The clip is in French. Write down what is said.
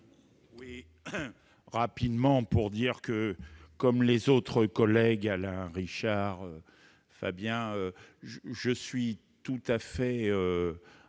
Oui, rapidement pour dire que, comme les autres collègues, Alain Richard, Fabien je suis tout à fait